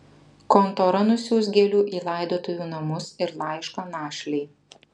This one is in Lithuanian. kontora nusiųs gėlių į laidotuvių namus ir laišką našlei